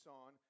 on